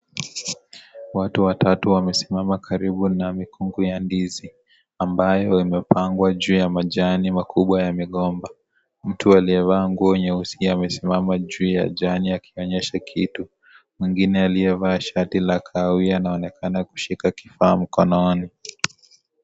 Watu watatu wamesimama karibu na mikungu ya ndizi ambayo imepangwa juu ya majani makubwa ya migomba. Mtu aliyevaa nguo nyeusi amesimama juu ya jani akionyesha kitu. Mwingine aliyevaa shati la kahawia anaonekana kushika kifaa mkononi.